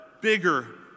bigger